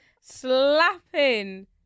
slapping